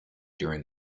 during